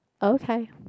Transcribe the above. okay